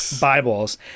Bibles